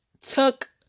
took